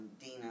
Dina